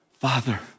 Father